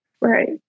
right